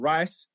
Rice